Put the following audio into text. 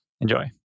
Enjoy